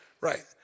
Right